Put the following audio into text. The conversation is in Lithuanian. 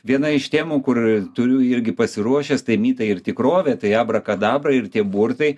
viena iš temų kur turiu irgi pasiruošęs tai mitai ir tikrovė tai abrakadabra ir tie burtai